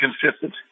consistent